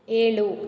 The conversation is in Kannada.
ಏಳು